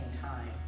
time